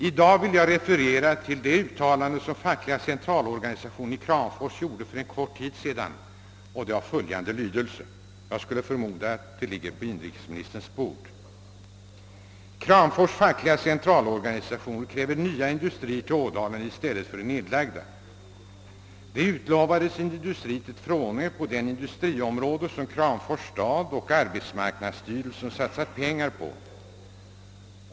I dag vill jag referera ett uttalande som Fackliga centralorganisationen i Kramfors gjorde för kort tid sedan — jag förmodar att det ligger på inrikesministerns bord. Det har följande lydelse: »Kramfors Fackliga centralorganisation kräver nya industrier till Ådalen i stället för de nedlagda. Det utlovades en industri till Frånö, på det industriområde som Kramfors stad och <arbetsmarknadsstyrelsen «satsat pengar på.